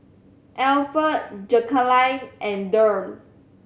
Alferd Jacalyn and Derl